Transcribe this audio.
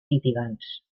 litigants